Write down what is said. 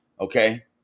okay